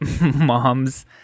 mom's